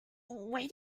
where